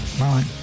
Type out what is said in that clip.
Right